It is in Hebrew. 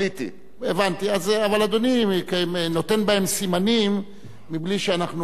אבל אדוני נותן בהם סימנים מבלי שאנחנו רשאים לעשות זאת.